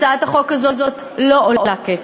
הצעת החוק הזאת לא עולה כסף,